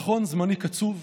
נכון, זמני קצוב.